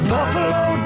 Buffalo